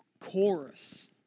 chorus